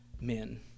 men